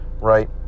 right